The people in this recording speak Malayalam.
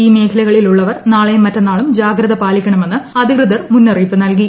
ഈ മേഖലകളിലുള്ളവർ നാളെയും മറ്റന്നാളും ജാഗ്രത പാലിക്കണമെന്ന് അധികൃതർ മുന്നറിയിപ്പ് നൽകി